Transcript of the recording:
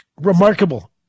Remarkable